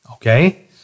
okay